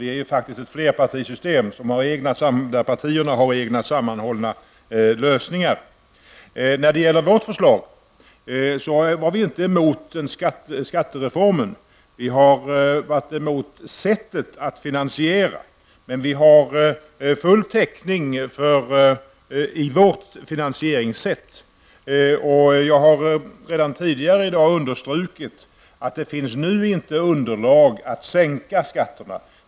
Nu har vi faktiskt ett flerpartisystem, där partierna har egna sammanhållna lösningar. Vi var inte emot skattereformen, men vi har varit emot sättet att finanisiera den. Vi har full täckning i vårt finansieringssätt, och jag har redan tidigare i dag understrukit att det finns nu inte underlag för att sänka skatterna.